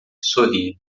sorri